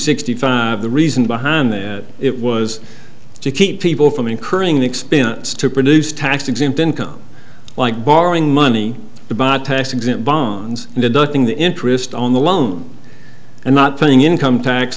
sixty five the reason behind the it was to keep people from incurring the expense to produce tax exempt income like borrowing money bought tax exempt bonds and deducting the interest on the loan and not paying income tax